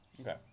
Okay